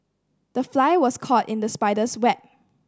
the fly was caught in the spider's web